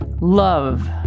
love